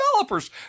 developers